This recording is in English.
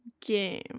game